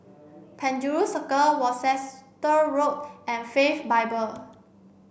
Penjuru Circle Worcester Road and Faith Bible